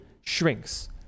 shrinks